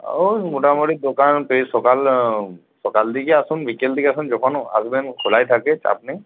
ও মোটামোটি দোকান পে সোকাল সকাল দিকে আসুন বিকেল দিকে আসুন যখন আসবেন খোলাই থাকে চাপ নেই